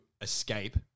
escape